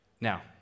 Now